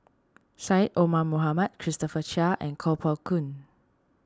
Syed Omar Mohamed Christopher Chia and Kuo Pao Kun